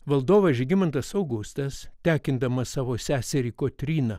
valdovas žygimantas augustas tekindamas savo seserį kotryną